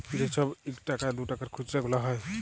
যে ছব ইকটাকা দুটাকার খুচরা গুলা হ্যয়